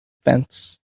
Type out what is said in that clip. fence